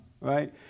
right